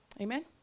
Amen